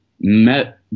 met